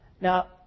Now